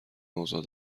اوضاع